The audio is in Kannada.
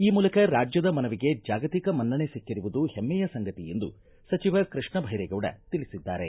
ಈ ಮೂಲಕ ರಾಜ್ಯದ ಮನವಿಗೆ ಜಾಗತಿಕ ಮನ್ನಣೆ ಸಿಕ್ಕಿರುವುದು ಹೆಮ್ಮೆಯ ಸಂಗತಿ ಎಂದು ಸಚಿವ ಕೃಷ್ಣ ಭೈರೇಗೌಡ ತಿಳಿಸಿದ್ದಾರೆ